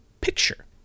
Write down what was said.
picture